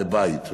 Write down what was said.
לבית,